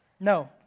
No